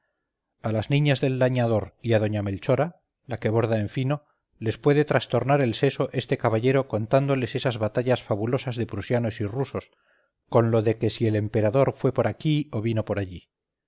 a las niñas del lañador y a doña melchora la que borda en fino les puede trastornar el seso este caballero contándoles esas batallas fabulosas de prusianos y rusos con lo de que si el emperador fue por aquí o vino por allí